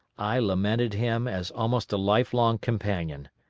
i lamented him as almost a life-long companion.